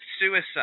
suicide